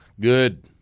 good